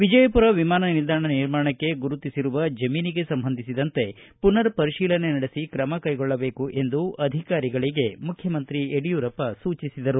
ವಿಜಯಪುರ ವಿಮಾನ ನಿಲ್ದಾಣ ನಿರ್ಮಾಣಕ್ಕೆ ಗುರುತಿಸಿರುವ ಜಮೀನಿಗೆ ಸಂಬಂಧಿಸಿದಂತೆ ಪುನರ್ ಪರಿಶೀಲನೆ ನಡೆಸಿ ಕ್ರಮ ಕೈಗೊಳ್ಳಬೇಕು ಎಂದು ಅಧಿಕಾರಿಗಳಗೆ ಮುಖ್ಯಮಂತ್ರಿ ಯಡಿಯೂರಪ್ಪ ಸೂಚಿಸಿದರು